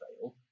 fail